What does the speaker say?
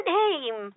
name